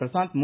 Prashanth மு